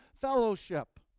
fellowship